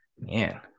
Man